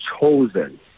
chosen